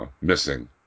missing